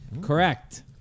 Correct